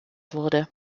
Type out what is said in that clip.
wurde